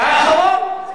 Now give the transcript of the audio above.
האחרון.